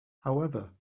however